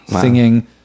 singing